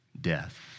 death